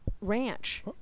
Ranch